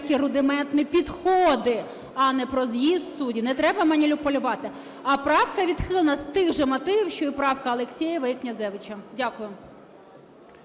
Дякую.